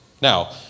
Now